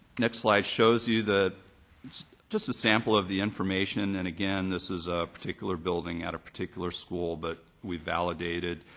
next slide shows you the just a sample of the information, and again this is ah a particular building at a particular school, but we validated,